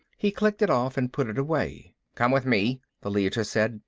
he clicked it off and put it away. come with me, the leiter said.